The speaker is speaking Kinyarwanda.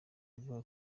avuga